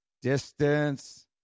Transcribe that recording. distance